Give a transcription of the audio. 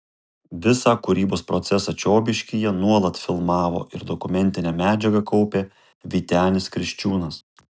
visą kūrybos procesą čiobiškyje nuolat filmavo ir dokumentinę medžiagą kaupė vytenis kriščiūnas